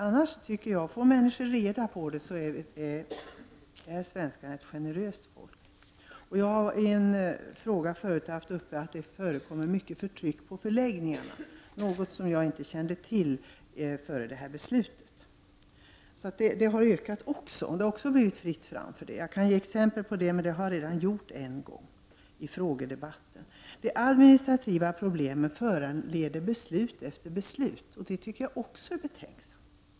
Men får folk reda på hur det förhåller sig visar de sin generositet. Jag har tidigare i en fråga tagit upp det förhållandet att det förekommer mycket av förtryck på förläggningarna, något som jag inte kände till före beslutet. Det har också ökat. Där har det också blivit fritt fram. Jag kunde ge exempel, men det har jag gjort redan i en frågedebatt. De administrativa problemen föranleder beslut efter beslut. Det tycker jag är betänksamt.